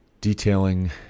detailing